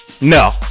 No